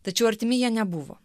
tačiau artimi jie nebuvo